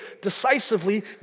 decisively